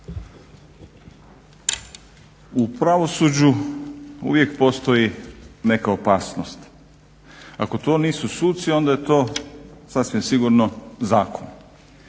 U pravosuđu uvijek postoji neka opasnost, ako to nisu suci onda je to sasvim sigurno zakon.